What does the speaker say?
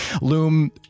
loom